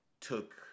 took